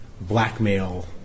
blackmail